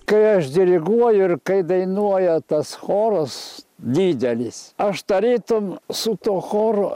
kai aš diriguoju ir kai dainuoja tas choras didelis aš tarytum su tuo choru